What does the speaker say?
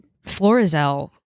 Florizel